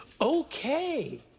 okay